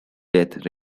death